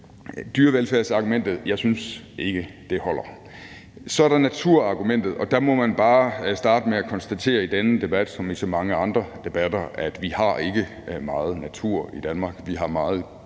dyrevelfærdsargumentet holder. Så er der naturargumentet, og der må man bare starte med at konstatere i denne debat som i så mange andre debatter, at vi ikke har meget natur i Danmark. Vi har meget